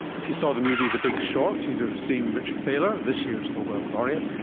if you saw the movie the big short you'd have seen richard thaler, this year's nobel laureate,